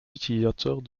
utilisateurs